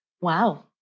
Wow